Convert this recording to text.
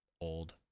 old